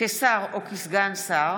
כשר או כסגן שר),